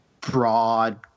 broad